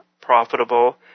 profitable